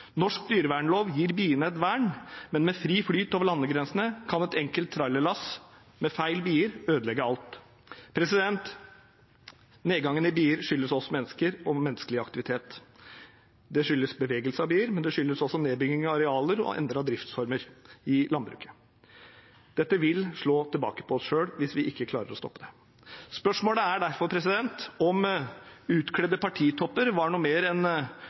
Norsk dyrevernlov gir biene et vern, men med fri flyt over landegrensene kan et enkelt trailerlass med feil bier ødelegge alt. Nedgangen i antallet bier skyldes oss mennesker og menneskelig aktivitet. Det skyldes bevegelse av bier, men det skyldes også nedbygging av arealer og endrede driftsformer i landbruket. Dette vil slå tilbake på oss selv hvis vi ikke klarer å stoppe det. Spørsmålet er derfor om utkledde partitopper var noe mer enn